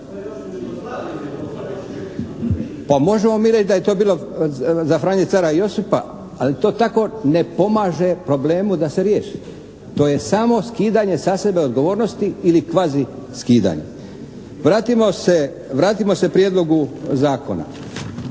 Pa možemo mi reći da je to bilo za Franje cara Josipa, al' to tako ne pomaže problemu da se riješi. To je samo skidanje sa sebe odgovornosti ili kvaziskidanje. Vratimo se prijedlogu zakona.